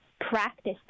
practice